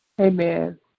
Amen